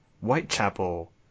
Whitechapel